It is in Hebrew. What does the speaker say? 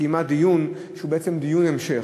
קיימה דיון שהוא דיון המשך.